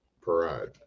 parade